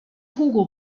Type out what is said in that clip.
hugo